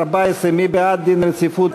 2014, מי בעד החלת דין רציפות?